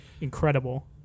incredible